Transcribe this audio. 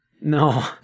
No